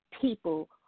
people